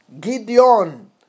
Gideon